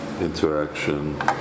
interaction